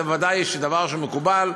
זה בוודאי דבר שמקובל.